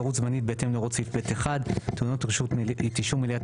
מנבצרות זמנית בהתאם להוראות סעיף (ב1) טעונות את אישור מליאת